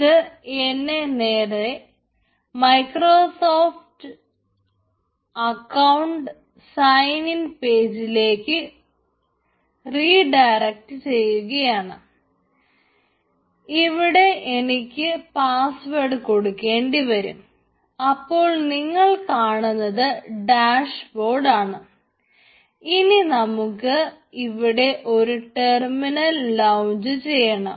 ഇത് എന്നെ നേരെ Microsoft account sign in പേജിലേക്ക് ചെയ്യണം